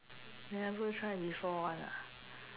never try before one ah